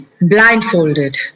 Blindfolded